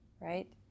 right